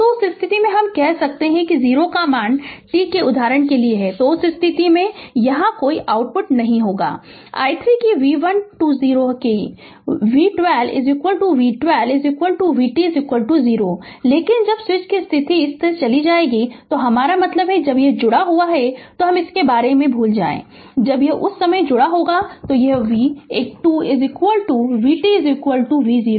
तो उस स्थिति में हम कह सकते है कि t 0 उदाहरण के लिए तो उस स्थिति में यह कोई आउटपुट नहीं होगा i 3 कि v12 0 है कि v12 v12 vt 0 लेकिन जब स्विच की स्थिति इस से चली गई थी तो हमारा मतलब है कि जब यह जुड़ा हुआ है तो इसके बारे में भूल जाओ जब यह उस समय जुड़ा होता है v एक 2 vt v0